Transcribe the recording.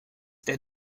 der